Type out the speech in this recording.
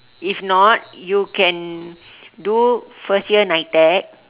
if not you can do first year NITEC